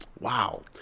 Wow